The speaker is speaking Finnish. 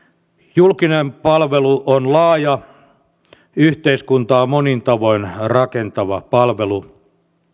julkinen palvelu on laaja yhteiskuntaa monin tavoin rakentava palvelu